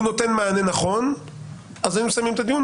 נותן מענה נכון אז היינו מסיימים את הדיון.